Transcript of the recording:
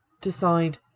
decide